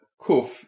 Kuf